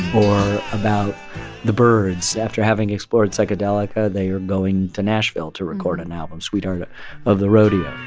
or about the byrds after having explored psychedelica, they are going to nashville to record an album, sweetheart of the rodeo.